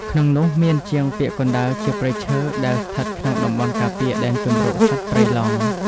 ក្នុងនោះ មានជាងពាក់កណ្តាលជាព្រៃឈើដែលស្ថិតក្នុងតំបន់ការពារដែនជម្រកសត្វព្រៃឡង់។